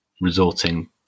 resorting